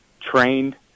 trained